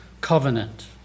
covenant